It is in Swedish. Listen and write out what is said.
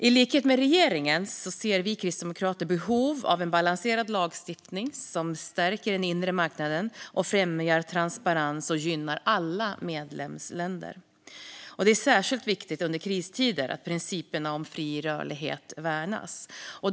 I likhet med regeringen ser vi kristdemokrater behov av en balanserad lagstiftning som stärker den inre marknaden, främjar transparens och gynnar alla medlemsländer. Det är särskilt viktigt under kristider att principerna om fri rörlighet värnas.